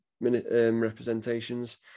representations